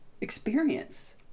experience